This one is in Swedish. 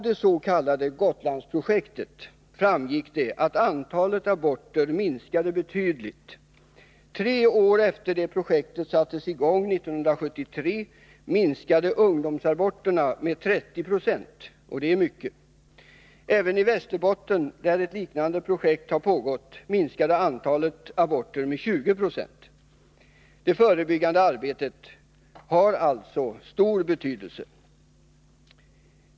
Det s.k. Gotlandsprojektet ledde till att antalet aborter minskade betydligt. Tre år efter det att projektet sattes i gång 1973 minskade ungdomsaborterna med 30 90, och det är mycket. I Västerbotten, där ett liknande projekt har pågått, minskade antalet aborter med 20 920. Det förebyggande arbetet har alltså stor betydelse.